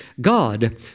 God